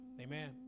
Amen